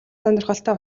сонирхолтой